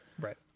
Right